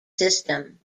system